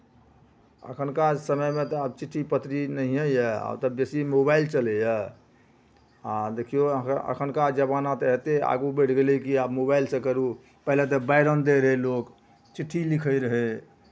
एखुनका समयमे तऽ आब चिट्ठी पत्री नहिए यए आब तऽ बेसी मोबाइल चलैए आ देखियौ अहाँके एखुनका जमाना तऽ एतेक आगू बढ़ि गेलै कि आब मोबाइलसँ करू पहिले तऽ बैरङ्ग दैत रहै लोक चिट्ठी लिखैत रहै